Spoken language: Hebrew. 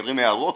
מעירים הערות,